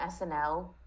SNL